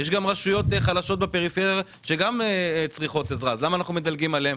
יש רשויות חלשות בפריפריה שגם צריכות עזרה אז למה אנחנו מדלגים עליהן?